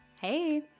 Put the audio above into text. Hey